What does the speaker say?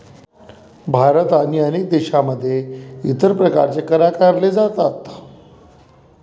भारत आणि अनेक देशांमध्ये इतर प्रकारचे कर आकारले जातात